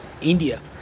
India